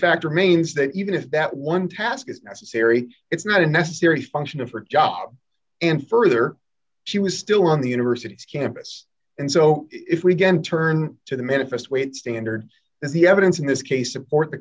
fact remains that even if that one task is necessary it's not a necessary function of her job and further she was still on the university's campus and so if we get to turn to the manifest weight standard as the evidence in this case support the